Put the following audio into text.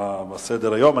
אנחנו נמשיך בסדר-היום.